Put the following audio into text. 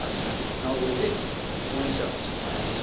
अच्छा नौ बजी हुन्छ हुन्छ म आइहाल्छु नि